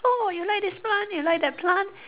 oh you like this plant you like that plant